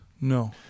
no